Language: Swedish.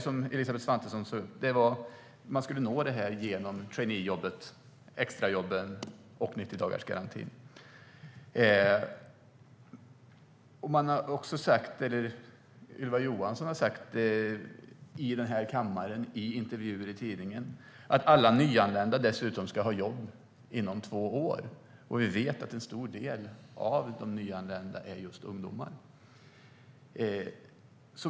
Som Elisabeth Svantesson sa skulle man alltså nå målet genom traineejobbet, extrajobben och 90-dagarsgarantin. Ylva Johansson har dessutom i den här kammaren och i intervjuer i tidningen sagt att alla nyanlända ska ha jobb inom två år, och vi vet att en stor del av de nyanlända är just ungdomar.